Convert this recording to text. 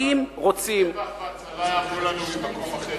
ואם רוצים, רווח והצלה יבואו לנו ממקום אחר.